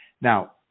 Now